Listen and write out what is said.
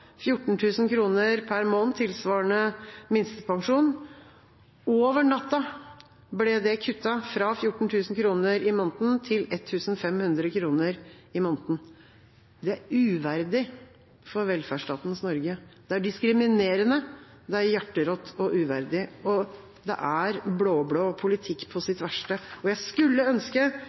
per måned – tilsvarende minstepensjon. Over natta ble det kuttet fra 14 000 kr til 1 500 kr i måneden. Det er uverdig for velferdsstaten Norge. Det er diskriminerende, hjerterått og uverdig, og det er blå-blå politikk på sitt verste. Jeg skulle ønske